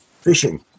fishing